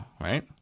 right